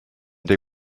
they